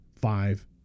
five